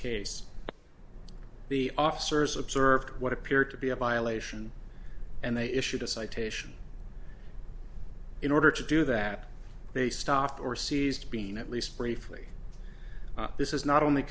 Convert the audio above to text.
case the officers observed what appeared to be a violation and they issued a citation in order to do that they stopped or seized bean at least briefly this is not only